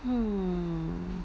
hmm